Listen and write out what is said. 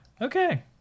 Okay